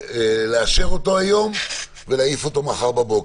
לאשר אותו היום ולהעיף אותו מחר בבוקר.